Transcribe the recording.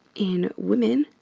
in women,